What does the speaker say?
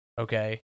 okay